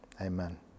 Amen